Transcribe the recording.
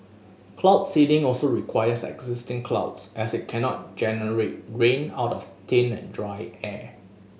cloud seeding also requires existing clouds as it cannot generate rain out of thin and dry air